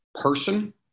person